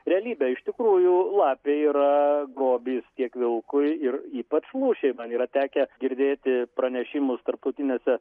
realybę iš tikrųjų lapė yra grobis tiek vilkui ir ypač lūšiai man yra tekę girdėti pranešimus tarptautinėse